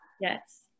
Yes